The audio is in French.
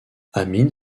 amine